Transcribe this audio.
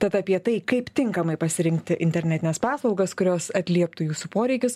tad apie tai kaip tinkamai pasirinkti internetines paslaugas kurios atlieptų jūsų poreikius